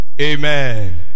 Amen